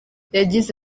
yagize